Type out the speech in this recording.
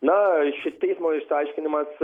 na šis teismo išaiškinimas